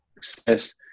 success